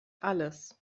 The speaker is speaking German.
alles